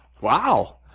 Wow